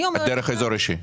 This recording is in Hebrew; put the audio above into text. דרך האזור האישי.